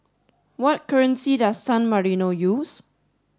what currency does San Marino use